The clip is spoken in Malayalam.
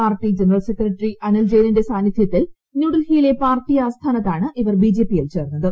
പാർട്ടി ജനറൽ സെക്രട്ടറി അനിൽ ജെയിനിന്റെ സാന്നിദ്ധ്യത്തിൽ ന്യൂഡൽഹിയിലെ പാർട്ടി ആസ്ഥാനത്താണ് ഇവർ ബി ജെ പിയിൽ ചേർന്നത്